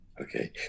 Okay